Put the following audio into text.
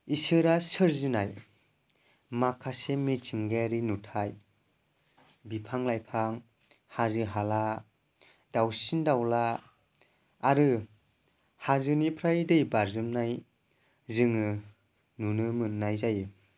इसोरा सोरजिनाय माखासे मिथिंगायारि नुथाय बिफां लाइफां हाजो हाला दाउसिन दाउला आरो हाजोनिफ्राय दै बारजुमनाय जोङो नुनो मोननाय जायो